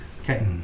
Okay